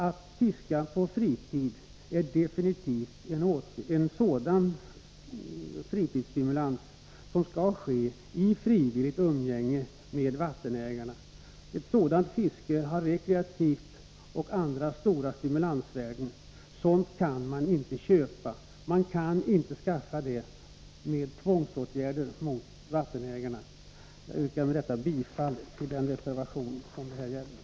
Att fiska på fritid i frivilligt umgänge med vattenägarna innebär definitivt en stimulans. Ett sådant fiske har rekreationsvärde och stort stimulansvärde som man inte kan köpa. Man kan inte skaffa sådan stimulans med tvångsåtgärder mot vattenägarna. Jag yrkar härmed bifall till reservation 5.